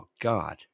God